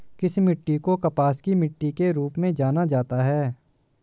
किस मिट्टी को कपास की मिट्टी के रूप में जाना जाता है?